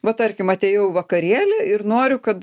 va tarkim atėjau į vakarėlį ir noriu kad